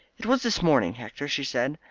it was this morning, hector, she said.